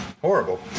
horrible